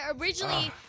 originally